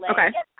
Okay